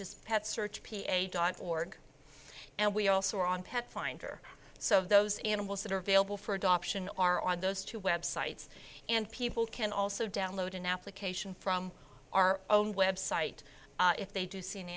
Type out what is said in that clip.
is pet search p eight dot org and we also on pet finder so those animals that are available for adoption are on those two websites and people can also download an application from our own website if they do see an